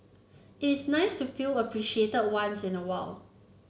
it's nice to feel appreciated once in a while